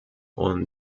und